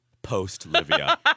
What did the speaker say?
post-Livia